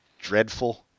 dreadful